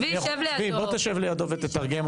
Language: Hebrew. צבי, בוא תשב לידו ותתרגם.